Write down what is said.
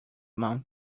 month